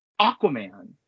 Aquaman